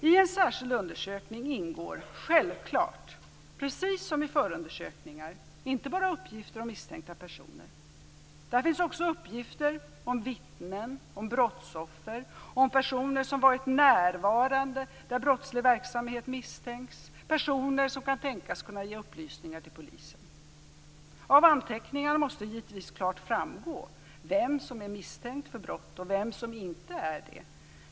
I en särskild undersökning ingår självfallet, precis som i förundersökningar, inte bara uppgifter om misstänkta personer, utan också uppgifter om vittnen, om brottsoffer, om personer som varit närvarande där brottslig verksamhet misstänks, personer som kan tänkas kunna ge upplysningar till polisen. Av anteckningar måste givetvis klart framgå vem som är misstänkt för brott och vem som inte är det.